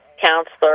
counselor